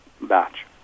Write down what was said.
batch